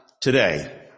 today